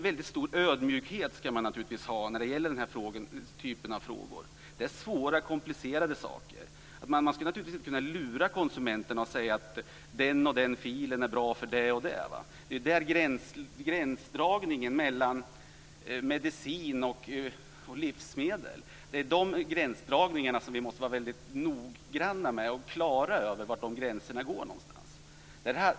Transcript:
Väldigt stor ödmjukhet skall man naturligtvis ha i den här typen av frågor. Det är svåra och komplicerade saker. Man skall naturligtvis inte kunna lura konsumenterna och säga att den och den filen är bra för det och för det. Det är där gränsen mellan medicin och livsmedel går. Sådana gränsdragningar måste vi vara väldigt noggranna med och klara över.